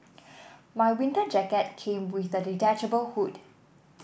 my winter jacket came with a detachable hood